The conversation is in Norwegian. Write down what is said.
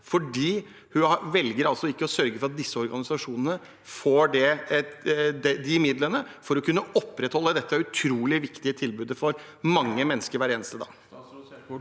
fordi hun altså ikke velger å sørge for at disse organisasjonene får midler til å kunne opprettholde dette utrolig viktige tilbudet for mange mennesker hver eneste